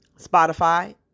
Spotify